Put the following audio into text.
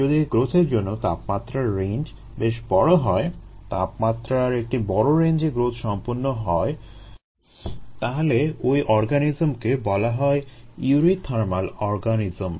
যদি গ্রোথের জন্য তাপমাত্রার রেঞ্জ বেশ বড় হয় - তাপমাত্রার একটি বড় রেঞ্জে গ্রোথ সম্পন্ন হয় - তাহলে ওই অর্গানিজমকে বলা হয় ইউরিথার্মাল অর্গানিজম